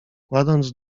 kładąc